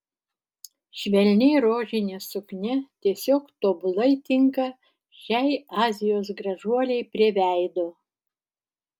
švelniai rožinė suknia tiesiog tobulai tinka šiai azijos gražuolei prie veido